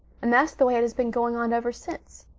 and that's the way it has been going on ever since.